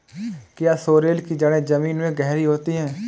क्या सोरेल की जड़ें जमीन में गहरी होती हैं?